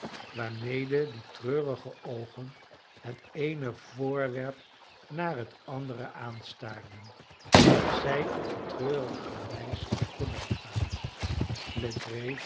waarmede die treurige oogen het eene voorwerp na het andere aanstaarden dat zij op die treurige reis voorbijkwamen